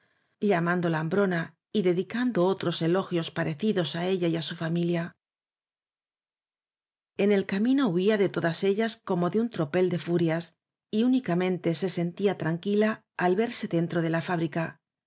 llamándola hambrona y dedicando otros elogios parecidos á ella y su familia en el camino huía de todas ellas como de un tropel de furias y únicamente se sentía tran quila al verse dentro de la fábrica